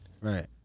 Right